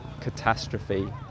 catastrophe